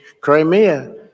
Crimea